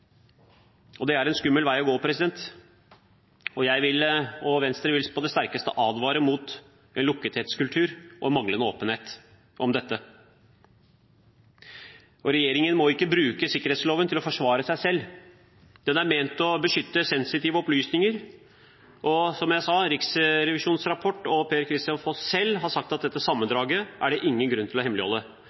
og det er en skummel vei å gå. Jeg og Venstre vil på det sterkeste advare mot en lukkethetskultur og manglende åpenhet om dette. Regjeringen må ikke bruke sikkerhetsloven til å forsvare seg selv. Den er ment å beskytte sensitive opplysninger. Og som jeg sa, Riksrevisjonens rapport og Per-Kristian Foss selv har sagt at dette sammendraget er det ingen grunn til å hemmeligholde.